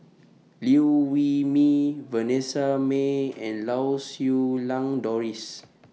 Liew Wee Mee Vanessa Mae and Lau Siew Lang Doris